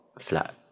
flat